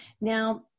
Now